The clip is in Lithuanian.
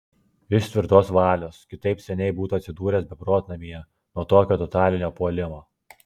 jis tvirtos valios kitaip seniai būtų atsidūręs beprotnamyje nuo tokio totalinio puolimo